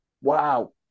Wow